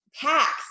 packs